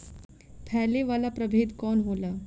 फैले वाला प्रभेद कौन होला?